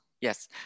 yes